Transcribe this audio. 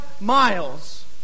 miles